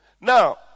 Now